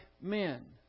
men